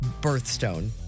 birthstone